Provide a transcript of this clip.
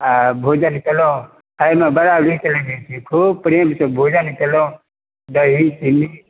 आ भोजन कयलहुँ एहिमे बड़ा नीक लगैत छै खूब प्रेमसँ भोजन कयलहुँ दही चीनी